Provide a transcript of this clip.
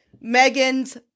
Megan's